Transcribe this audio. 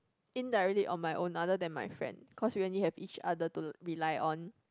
indirectly on my own other than my friend cause when we only have each other to rely on